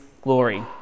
glory